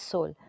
Soul